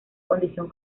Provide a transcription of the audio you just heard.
condición